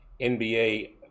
NBA